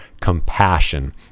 compassion